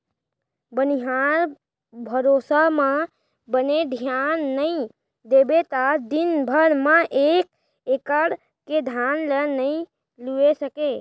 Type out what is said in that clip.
बनिहार भरोसा म बने धियान नइ देबे त दिन भर म एक एकड़ के धान ल नइ लूए सकें